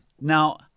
now